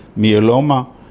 myeloma,